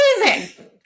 Amazing